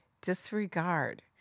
disregard